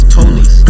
Police